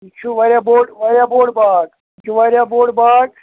یہِ چھُ واریاہ بوٚڈ واریاہ بوٚڈ باغ یہِ چھُ واریاہ بوٚڈ باغ